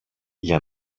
για